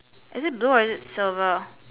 is it blue or is it silver